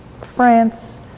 France